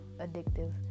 addictive